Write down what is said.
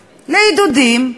לעידודים,